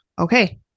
okay